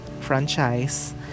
franchise